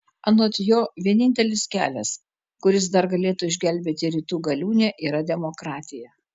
anot jo vienintelis kelias kuris dar galėtų išgelbėti rytų galiūnę yra demokratija